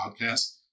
podcast